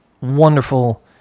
wonderful